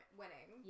winning